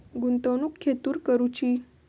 गुंतवणुक खेतुर करूची?